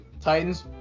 Titans